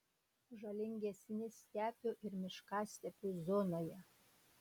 žalingesni stepių ir miškastepių zonoje